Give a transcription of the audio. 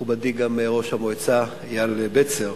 גם מכובדי ראש המועצה אייל בצר.